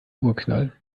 urknall